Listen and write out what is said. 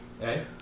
Hey